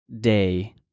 day